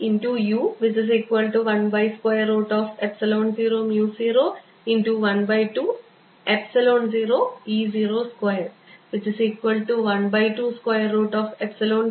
ഇത് 1 by 2 square root epsilon 0 over mu 0 E 0 സ്ക്വയറിന് തുല്യമാണ്